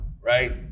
right